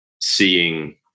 seeing